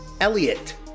Elliot